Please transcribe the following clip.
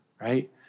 right